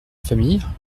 famille